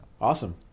Awesome